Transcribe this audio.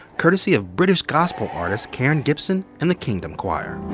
courtesy of british gospel artist karen gibson and the kingdom choir